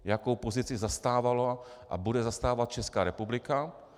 Jakou pozici zastávala a bude zastávat Česká republika?